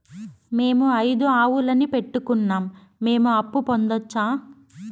మేము ఐదు ఆవులని పెట్టుకున్నాం, మేము అప్పు పొందొచ్చా